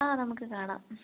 ആ നമുക്ക് കാണാം